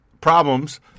problems